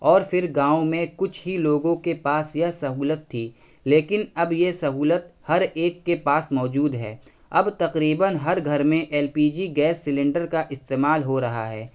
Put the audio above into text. اور پھر گاؤں میں کچھ ہی لوگوں کے پاس یہ سہولت تھی لیکن اب یہ سہولت ہر ایک کے پاس موجود ہے اب تقریباً ہر گھر میں L P G gas cylinder کا استعمال ہو رہا ہے